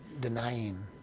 denying